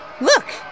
Look